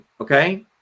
okay